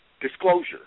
Disclosure